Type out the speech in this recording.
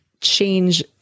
change